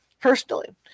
personally